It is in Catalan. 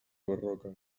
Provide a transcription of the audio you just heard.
barroca